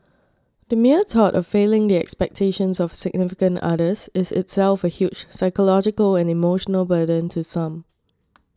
the mere thought of failing the expectations of significant others is itself a huge psychological and emotional burden to some